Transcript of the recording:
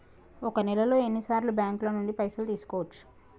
ఒక నెలలో ఎన్ని సార్లు బ్యాంకుల నుండి పైసలు తీసుకోవచ్చు?